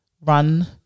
Run